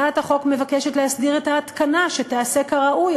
הצעת החוק מבקשת להסדיר את ההתקנה שתיעשה כראוי,